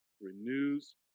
renews